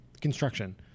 construction